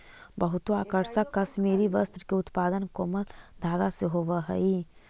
बहुते आकर्षक कश्मीरी वस्त्र के उत्पादन कोमल धागा से होवऽ हइ